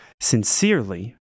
Sincerely